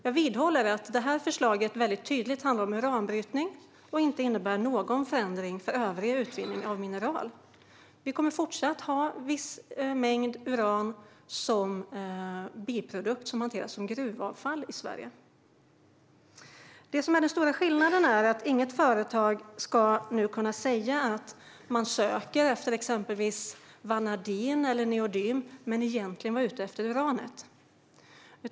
Jag vidhåller att förslaget väldigt tydligt handlar om uranbrytning och att det inte innebär någon förändring för övrig mineralutvinning. Även i fortsättningen kommer vi att ha en viss mängd uran som biprodukt som hanteras som gruvavfall i Sverige. Den stora skillnaden blir nu att inget företag kan säga att de söker efter exempelvis vanadin eller neodym trots att de egentligen är ute efter uranet.